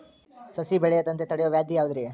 ಸಸಿ ಬೆಳೆಯದಂತ ತಡಿಯೋ ವ್ಯಾಧಿ ಯಾವುದು ರಿ?